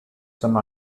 some